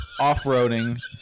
off-roading